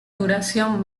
duración